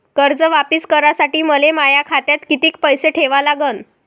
कर्ज वापिस करासाठी मले माया खात्यात कितीक पैसे ठेवा लागन?